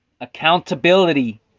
Accountability